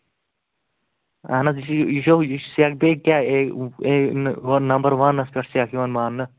اَہن حظ یہِ چھُ یہِ چھُو یہِ چھِ سٮ۪کھ بیٚیہِ کیاہ نَمبر وَنَس پٮ۪ٹھ سٮ۪کھ یِوان ماننہٕ